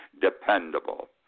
dependable